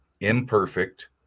imperfect